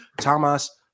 Thomas